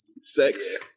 sex